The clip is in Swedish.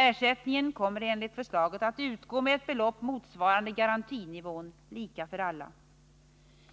Ersättningen kommer enligt förslaget att utgå med ett belopp motsvarande garantinivån, lika för alla.